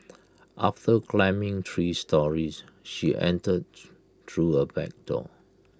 after climbing three storeys she entered through A back door